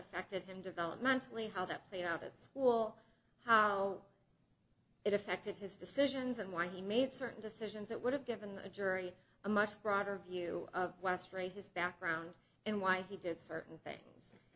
affected him developmentally how that played out at school how it affected his decisions and why he made certain decisions that would have given the jury a much broader view of westray his background and why he did certain things